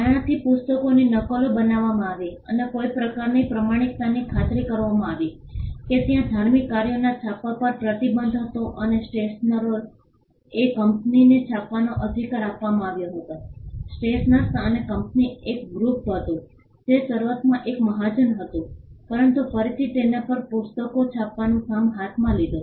આનાથી પુસ્તકોની નકલો બનાવવામાં આવી અને કોઈ પ્રકારની પ્રમાણિકતાની ખાતરી કરવામાં આવી કે ત્યાં ધાર્મિક કાર્યોના છાપવા પર પ્રતિબંધ હતો અને સ્ટેશનરોએ કંપનીને છાપવાનો અધિકાર આપવામાં આવ્યો હતો સ્ટેશનર્સ અને કંપની એક ગ્રુપ હતું જે શરૂઆતમાં એક મહાજન હતું પરંતુ પછીથી તેના પર પુસ્તકો છાપવાનું કામ હાથમાં લીધું